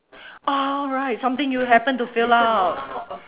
oh right something you happen to fill out